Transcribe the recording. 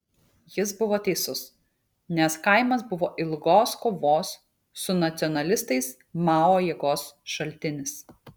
jis buvo teisus nes kaimas buvo ilgos kovos su nacionalistais mao jėgos šaltinis